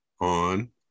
on